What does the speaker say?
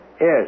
Yes